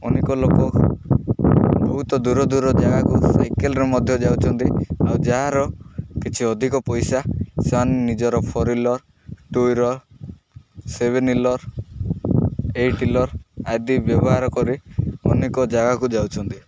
ଅନେକ ଲୋକ ବହୁତ ଦୂର ଦୂର ଜାଗାକୁ ସାଇକେଲ୍ରେ ମଧ୍ୟ ଯାଉଛନ୍ତି ଆଉ ଯାହାର କିଛି ଅଧିକ ପଇସା ସେମାନେ ନିଜର four wheeler two wheeler seven wheeler eight wheeler ଆଦି ବ୍ୟବହାର କରି ଅନେକ ଜାଗାକୁ ଯାଉଛନ୍ତି